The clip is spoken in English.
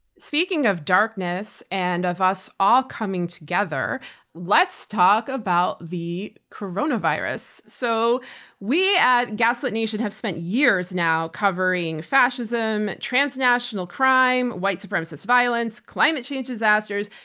speaking of darkness and of us all coming together let's talk about the coronavirus. so we at gaslit nation have spent years now covering fascism, transnational crime, white supremacist violence, climate change disasters,